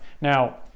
Now